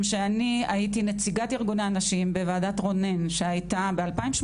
שאני הייתי נציגת ארגוני הנשים בוועדת רונן שהייתה ב-2018